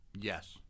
Yes